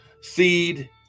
seed